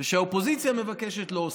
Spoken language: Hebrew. וכשהאופוזיציה מבקשת לא עושים.